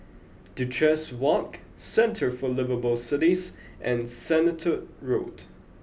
Duchess Walk Centre for Liveable Cities and Sennett Road